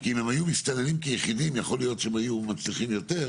כי אם הם היו מסתננים כיחידים יכול להיות שהם היו מצליחים יותר.